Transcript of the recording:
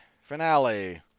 finale